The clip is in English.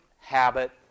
habit